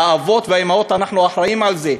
האבות והאימהות, אחראים לזה.